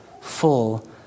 full